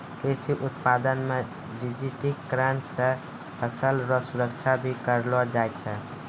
कृषि उत्पादन मे डिजिटिकरण से फसल रो सुरक्षा भी करलो जाय छै